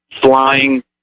flying